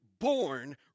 born